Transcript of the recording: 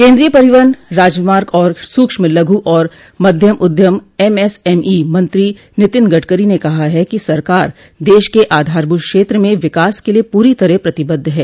केन्द्रीय परिवहन राजमार्ग और सूक्ष्म लघु और मध्यम उद्यम एमएसएमई मंत्री नीतिन गडकरी ने कहा है कि सरकार देश के आधारभूत क्षेत्र में विकास के लिए पूरी तरह प्रतिबद्ध है